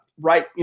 right